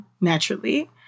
naturally